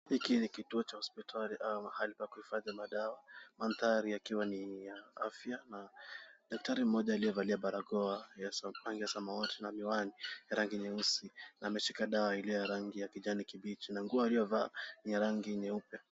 Hiki ni kituo cha hospitali au mahali pa kuhifadhi madawa mandhari yakiwa ya afya, daktari mmoja aliyevalia barakoa ya rangi ya samawati na miwani rangi nyeusi, ameshika dawa iliyo ya kijani kibichi na nguo aliyovaa ni ya rangi nyeupe.